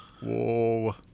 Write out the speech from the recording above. Whoa